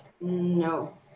No